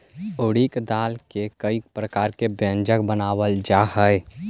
उड़द दाल से कईक प्रकार के व्यंजन बनावल जा हई